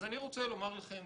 אני רוצה לומר לכם